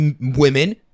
women